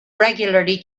regularly